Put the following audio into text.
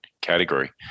category